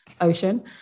ocean